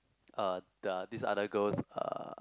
uh the this other girl's uh